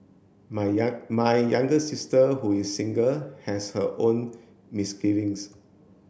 my my younger sister who is single has her own misgivings